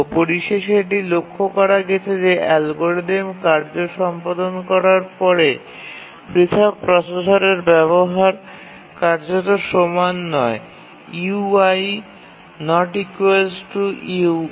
পরিশেষে এটি লক্ষ্য করা গেছে যে অ্যালগোরিদম কার্য সম্পাদন করার পরে পৃথক প্রসেসরের ব্যবহার কার্যত সমান নয় u i≠u ̅